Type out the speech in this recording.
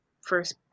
first